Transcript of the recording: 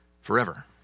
forever